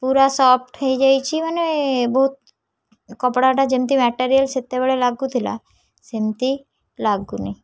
ପୁରା ସଫ୍ଟ ହେଇଯାଇଛି ମାନେ ବହୁତ କପଡ଼ାଟା ଯେମିତି ମେଟେରିଆଲ୍ ସେତେବେଳେ ଲାଗୁଥିଲା ସେମିତି ଲାଗୁନି